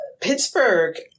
Pittsburgh